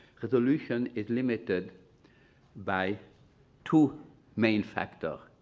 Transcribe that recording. resolution is limited by two main factor.